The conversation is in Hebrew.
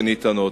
וניתנות.